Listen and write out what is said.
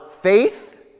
faith